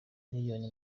miliyoni